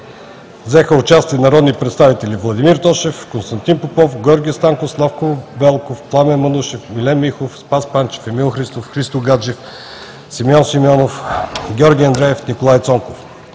взеха участие народните представители: Владимир Тошев, Константин Попов, Георги Станков, Славчо Велков, Пламен Манушев, Милен Михов, Спас Панчев, Емил Христов, Христо Гаджев, Симеон Симеонов, Георги Андреев, Николай Цонков.